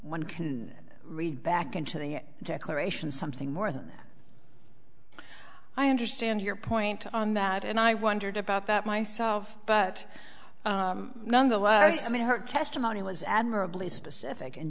one can read back into the declaration something more than i understand your point on that and i wondered about that myself but nonetheless i mean her testimony was admirably specific